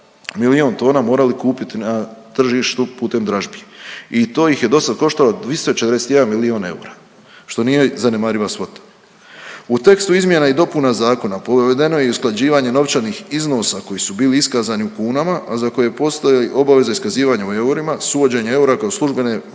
milijun tona morali kupiti na tržištu putem dražbi i to ih je dosad koštalo 241 milijun eura, što nije zanemariva svota. U tekstu izmjena i dopuna zakona .../Govornik se ne razumije./... je i usklađivanje novčanih iznosa koji su bili iskazani u kunama, a za koje postoji obaveza iskazivanja u eurima, s uvođenjem eura kao službene valute